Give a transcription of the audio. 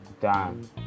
done